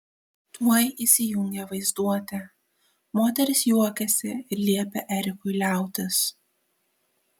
tuoj įsijungė vaizduotė moteris juokėsi ir liepė erikui liautis